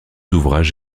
ouvrages